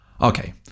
Okay